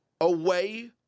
away